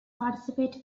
participate